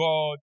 God